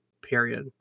period